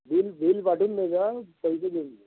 bill bill पाठवून दे जा पैसे घेऊन जा